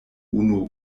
unu